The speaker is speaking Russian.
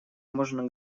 можно